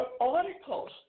articles